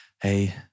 hey